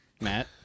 Matt